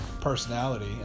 personality